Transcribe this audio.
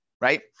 right